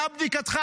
נא בדיקתך,